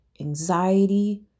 anxiety